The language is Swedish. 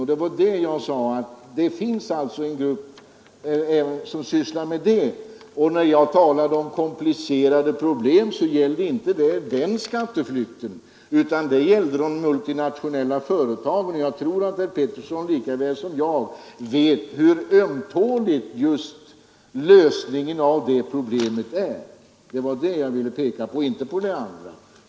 Och det var då jag sade att det finns en grupp som sysslar med den saken också. När jag sedan talade om komplicerade problem, så gällde det inte sistnämnda skatteflykt, utan det gällde de multinationella företagen. Och jag tror att herr Pettersson vet lika bra som jag hur ömtålig lösningen av det problemet är. Det var detta jag ville peka på, inte det där andra.